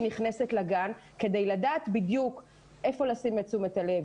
נכנסת לגן כדי לדעת בדיוק איפה לשים את תשומת הלב,